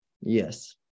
Yes